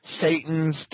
Satan's